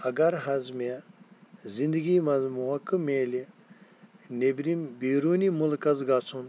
اگر حظ مےٚ زندگی منٛز موقعہٕ مِلہِ نٮ۪برِم بیروٗنی مُلکَس گژھُن